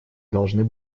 должны